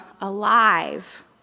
alive